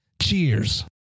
Cheers